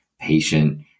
patient